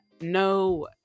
no